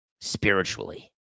spiritually